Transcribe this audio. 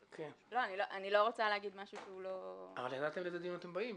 אני לא רוצה להגיד משהו שהוא לא --- אבל ידעתם לאיזה דיון אתם באים,